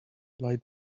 light